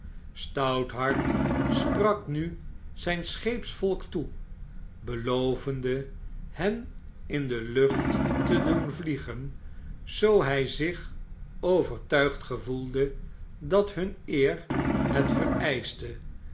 stouthart sj rak nu zijn scheepsvolk toe belovende hen in de lucht te doen vliegen zoo hij zich overtuigd gevoelde dat hun eer het vereischte